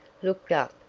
looked up,